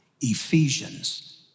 Ephesians